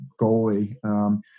goalie